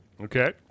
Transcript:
Okay